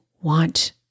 want